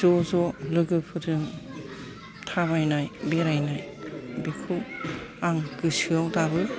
ज' ज' लोगोफोरजों थाबायनाय बेरायनाय बेखौ आं गोसोआव दाबो